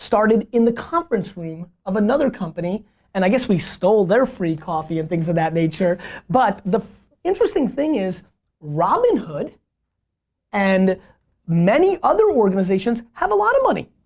started in the conference room of another company and i guess we stole their free coffee and things of that nature but the interesting thing is robin hood and many other organizations have a lot of money.